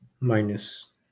minus